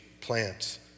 plants